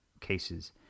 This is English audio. cases